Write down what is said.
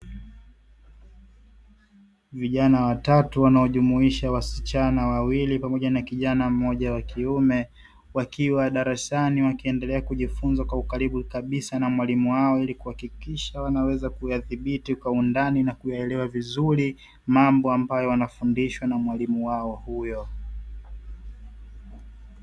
Vijana watatu wanaojumuisha wasichana wawili pamoja na kijana mmoja wa kiume wakiwa darasani wakiendelea kujifunza kwa ukaribu kabisa na mwalimu wao ili kuhakikisha wanaweza kuyadhibiti kwa undani na kuyaelewa vizuri mambo ambayo wanafundishwa na mwalimu wao huyo.